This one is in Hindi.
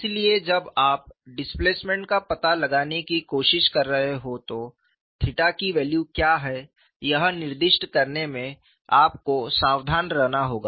इसलिए जब आप डिस्प्लेसमेंट का पता लगाने की कोशिश कर रहे हों तो थीटा की वैल्यू क्या है यह निर्दिष्ट करने में आपको सावधान रहना होगा